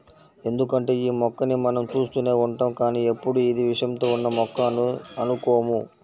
ఎందుకంటే యీ మొక్కని మనం చూస్తూనే ఉంటాం కానీ ఎప్పుడూ ఇది విషంతో ఉన్న మొక్క అని అనుకోము